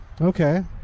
Okay